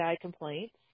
complaints